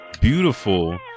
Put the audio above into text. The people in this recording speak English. beautiful